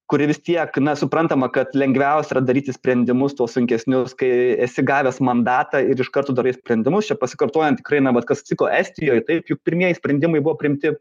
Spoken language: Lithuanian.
kuri vis tiek na suprantama kad lengviausia yra daryti sprendimus tuos sunkesnius kai esi gavęs mandatą ir iš karto darai sprendimus čia pasikartojant tikrai na vat kas atsitiko estijoj taip juk pirmieji sprendimai buvo priimti